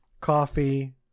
coffee